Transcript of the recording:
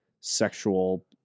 sexual